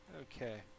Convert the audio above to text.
Okay